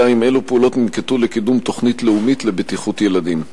2. אילו פעולות ננקטו לקידום תוכנית לאומית לבטיחות ילדים?